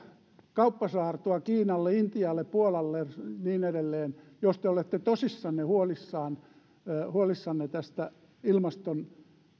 kauppasaartoa kiinalle intialle puolalle ja niin edelleen jos te olette tosissanne huolissanne tästä ilmaston